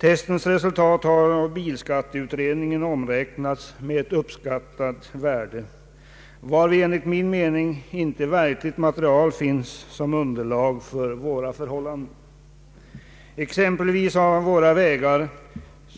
Testens resultat har av bilskatteutredningen omräknats med ett uppskattat värde, varvid enligt min mening icke verkligt material finnes såsom underlag för våra förhållanden, t.ex. att våra vägar